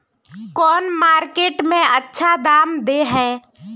कौन मार्केट में अच्छा दाम दे है?